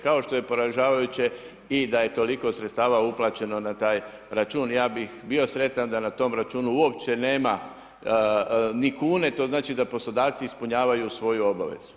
Kao što je poražavajuće i da je toliko sredstava uplaćeno na taj račun, ja bih bio sretan da na tom računu uopće nema ni kune, to znači da poslodavci ispunjavaju svoju obavezu.